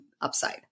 upside